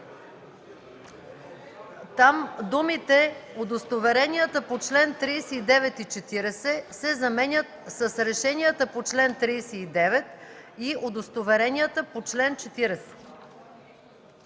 Там думите „удостоверенията по чл. 39 и 40” се заменят с „решенията по чл. 39 и удостоверенията по чл. 40”.